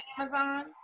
Amazon